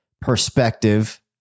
perspective